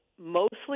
mostly